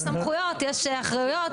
יש סמכויות, יש אחריות.